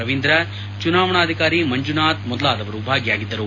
ರವೀಂದ್ರ ಚುನಾವಣಾಧಿಕಾರಿ ಮಂಜುನಾಥ್ ಮೊದಲಾದವರು ಭಾಗಿಯಾಗಿದ್ದರು